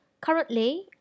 currently